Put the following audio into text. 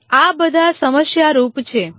અહીં આ બધા સમસ્યારૂપ છે